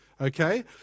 okay